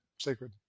sacred